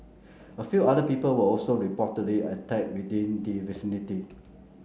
a few other people were also reportedly attacked within the vicinity